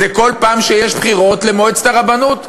זה כל פעם שיש בחירות למועצת הרבנות.